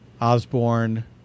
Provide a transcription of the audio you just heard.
Osborne